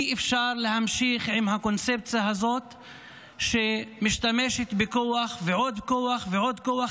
אי-אפשר להמשיך עם הקונספציה הזו שמשתמשת בכוח ועוד כוח ועוד כוח,